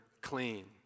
clean